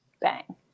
Bang